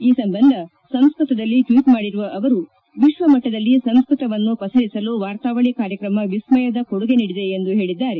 ಈ ಸಂಬಂಧ ಸಂಸ್ಕತದಲ್ಲಿ ಟ್ವೀಟ್ ಮಾಡಿರುವ ಅವರು ವಿಶ್ವಮಟ್ಟದಲ್ಲಿ ಸಂಸ್ಕತವನ್ನು ಪಸರಿಸಲು ವಾರ್ತಾವಳಿ ಕಾರ್ಯಕ್ರಮ ವಿಸ್ಕಯದ ಕೊಡುಗೆ ನೀಡಿದೆ ಎಂದು ಹೇಳಿದ್ದಾರೆ